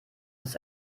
ist